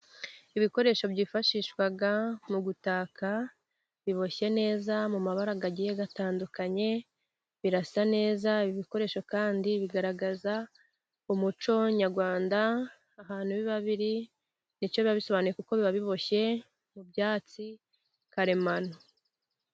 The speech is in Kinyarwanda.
Ibikoresho byifashishwa mu gutaka, biboshye neza mu mabara agiye atandukanye, birasa neza ibi bikoresho kandi bigaragaza umuco nyarwanda, ahantu biba biri ni cyo biba bisobanuye kuko biba biboshye mu byatsi karemano.